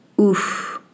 Oof